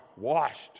washed